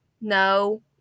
No